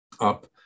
up